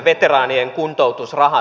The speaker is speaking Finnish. veteraanien kuntoutusrahat